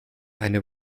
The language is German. eine